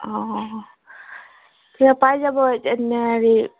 অঁ সেয়া পাই যাব একেদিনাই হেৰি